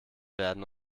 werden